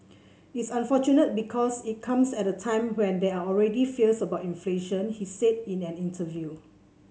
it's unfortunate because it comes at a time when there are already fears about inflation he said in an interview